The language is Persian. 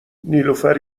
نیلوفر